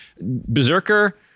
Berserker